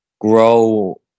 grow